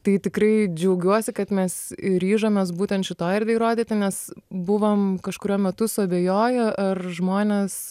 tai tikrai džiaugiuosi kad mes ryžomės būtent šitoj erdvėj įrodyti nes buvom kažkuriuo metu suabejoję ar žmonės